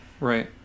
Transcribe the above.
right